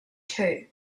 too